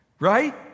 Right